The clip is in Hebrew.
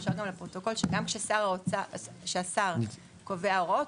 אפשר גם לפרוטוקול שגם כשהשר קובע הוראות,